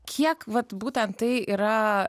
kiek vat būtent tai yra